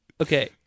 Okay